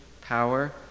power